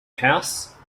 house